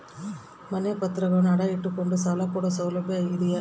ಮನೆ ಪತ್ರಗಳನ್ನು ಅಡ ಇಟ್ಟು ಕೊಂಡು ಸಾಲ ಕೊಡೋ ಸೌಲಭ್ಯ ಇದಿಯಾ?